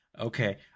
okay